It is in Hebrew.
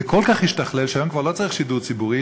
זה כל כך השתכלל, שהיום לא צריך שידור ציבורי,